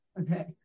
Okay